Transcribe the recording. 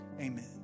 Amen